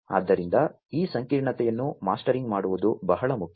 ಆದ್ದರಿಂದ ಈ ಸಂಕೀರ್ಣತೆಯನ್ನು ಮಾಸ್ಟರಿಂಗ್ ಮಾಡುವುದು ಬಹಳ ಮುಖ್ಯ